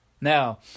Now